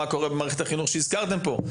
מה קורה במערכת החינוך שהזכרתם פה,